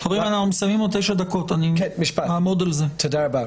תודה רבה.